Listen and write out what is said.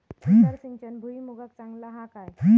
तुषार सिंचन भुईमुगाक चांगला हा काय?